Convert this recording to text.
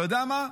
אתה יודע מה?